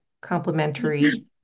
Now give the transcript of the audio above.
complementary